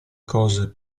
cose